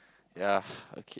ya okay